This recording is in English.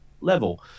level